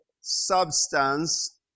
substance